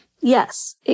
yes